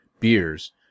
beers